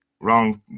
Wrong